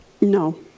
No